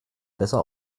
besser